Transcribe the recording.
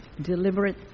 deliberate